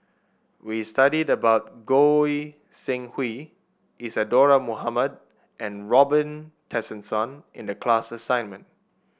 we studied about Goi Seng Hui Isadhora Mohamed and Robin Tessensohn in the class assignment